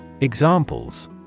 Examples